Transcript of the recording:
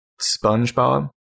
Spongebob